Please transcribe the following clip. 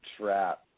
trap